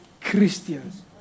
Christians